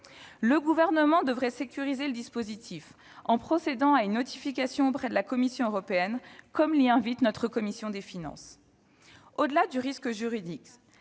Le Gouvernement devrait sécuriser le dispositif en procédant à une notification auprès de la Commission européenne, comme l'y invite notre commission des finances. Au-delà du risque juridique,